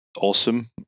awesome